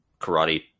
karate